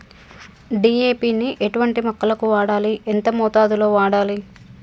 DAP ని ఎటువంటి మొక్కలకు వాడాలి? ఎంత మోతాదులో వాడాలి?